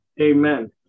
Amen